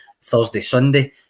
Thursday-Sunday